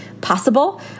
possible